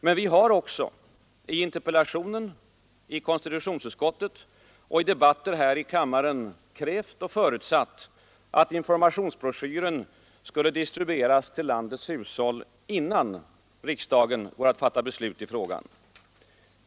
Men vi har också — i interpellationen, i konstitutionsutskottet och i debatter här i kammaren — krävt och förutsatt att informationsbroschyren skall ha distribuerats till landets hushåll, innan riksdagen går att fatta beslut i frågan.